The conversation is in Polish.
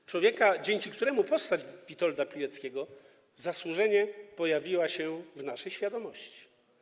To człowiek, dzięki któremu postać Witolda Pileckiego zasłużenie pojawiła się w naszej świadomości.